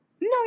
No